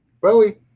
Bowie